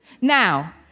Now